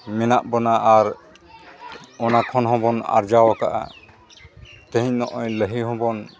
ᱢᱮᱱᱟᱜ ᱵᱚᱱᱟ ᱟᱨ ᱚᱱᱟ ᱠᱷᱚᱱ ᱦᱚᱸᱵᱚᱱ ᱟᱨᱡᱟᱣ ᱠᱟᱫᱼᱟ ᱛᱮᱦᱮᱧ ᱱᱚᱜᱼᱚᱭ ᱞᱟᱹᱦᱤ ᱦᱚᱸᱵᱚᱱ